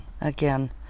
again